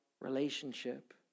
relationship